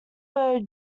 were